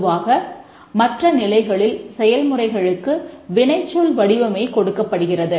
பொதுவாக மற்ற நிலைகளில் செயல்முறைகளுக்கு வினைச்சொல் வடிவமே கொடுக்கப்படுகிறது